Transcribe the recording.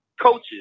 coaches